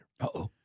Uh-oh